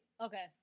Okay